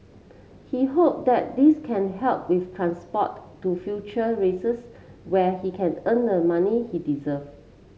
he hope that this can help with transport to future races where he can earn the money he deserve